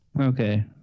Okay